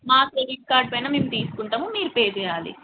మా credit card పైన మేము తీసుకుంటాము మీరు పే చేయాలి